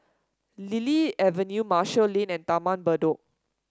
Lily Avenue Marshall Lane and Taman Bedok